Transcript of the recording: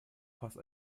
passt